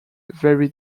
very